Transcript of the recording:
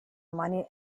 money